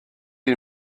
you